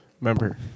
Remember